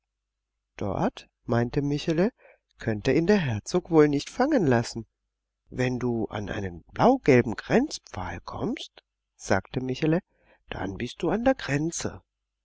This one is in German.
dort meinte michele könnte ihn der herzog wohl nicht fangen lassen wenn du an einen blaugelben grenzpfahl kommst sagte michele dann bist du an der grenze